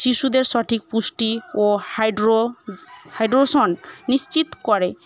শিশুদের সঠিক পুষ্টি ও হাইড্রো হাইড্রেশন নিশ্চিত করে